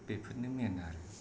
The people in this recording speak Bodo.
बेफोरनो मेन आरो